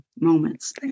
moments